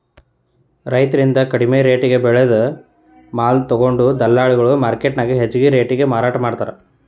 ರೈತರಿಂದ ಕಡಿಮಿ ರೆಟೇಗೆ ಬೆಳೆದ ಮಾಲ ತೊಗೊಂಡು ದಲ್ಲಾಳಿಗಳು ಮಾರ್ಕೆಟ್ನ್ಯಾಗ ಹೆಚ್ಚಿಗಿ ರೇಟಿಗೆ ಮಾರಾಟ ಮಾಡ್ತಾರ